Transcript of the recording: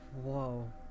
Whoa